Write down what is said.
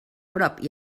prop